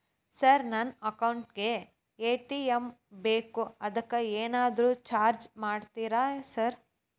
Sir ನನ್ನ account ಗೇ ATM ಬೇಕು ಅದಕ್ಕ ಏನಾದ್ರು ಚಾರ್ಜ್ ಮಾಡ್ತೇರಾ ಸರ್?